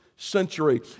century